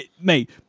Mate